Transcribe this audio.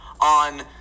on